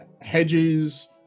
Hedges